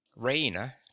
Raina